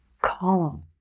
column